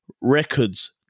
records